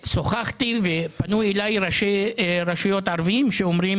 פנו אליי ראשי רשויות ערבים שאומרים